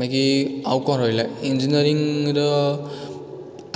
ବାକି ଆଉ କ'ଣ ରହିଲା ଇଞ୍ଜିନିୟରିଙ୍ଗ୍ର